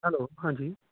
hello ਹਾਂਜੀ